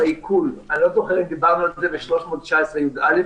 אני לא זוכר אם דיברנו על זה בסעיף 319יא,